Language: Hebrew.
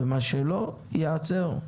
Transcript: ומה שלא ייעצר.